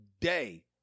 day